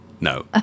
No